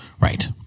Right